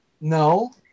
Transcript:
No